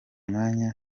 mwanya